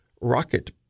rocket